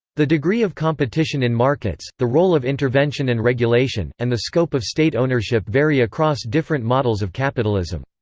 the degree of competition in markets, the role of intervention and regulation, and the scope of state ownership vary across different models of capitalism.